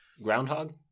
Groundhog